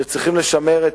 שצריכים לשמר,